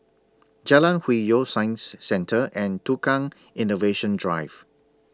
Jalan Hwi Yoh Science Centre and Tukang Innovation Drive